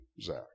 Zach